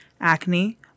acne